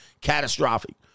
catastrophic